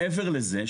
מעבר לזה,